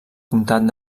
comtat